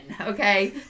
Okay